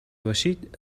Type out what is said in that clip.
باشید